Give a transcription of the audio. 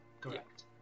Correct